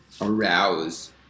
arouse